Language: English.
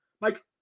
Mike